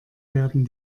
werden